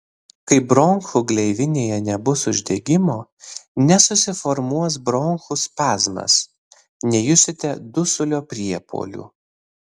kai bronchų gleivinėje nebus uždegimo nesusiformuos bronchų spazmas nejusite dusulio priepuolių